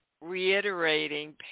reiterating